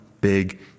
big